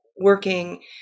working